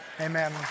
Amen